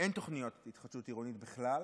אין תוכניות התחדשות עירונית בכלל,